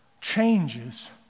changes